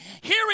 hearing